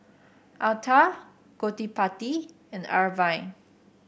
Atal Gottipati and Arvind